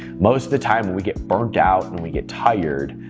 most of the time we get burned out and we get tired,